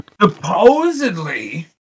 Supposedly